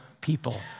people